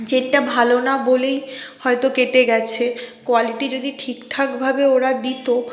যেটা ভালো না বলেই হয়তো কেটে গেছে কোয়ালিটি যদি ঠিকঠাকভাবে ওরা দিত